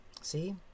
See